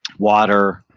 water,